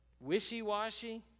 wishy-washy